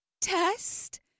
Test